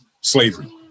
slavery